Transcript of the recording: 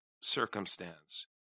circumstance